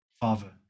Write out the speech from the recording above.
father